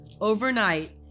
Overnight